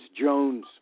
Jones